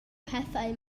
pethau